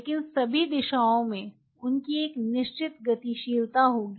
लेकिन सभी दिशाओं में उनकी एक निश्चित गतिशीलता होगी